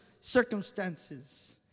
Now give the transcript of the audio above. circumstances